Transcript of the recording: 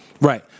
Right